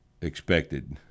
expected